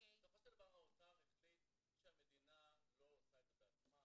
בסופו של דבר האוצר החליט שהמדינה לא עושה את זה בעצמה,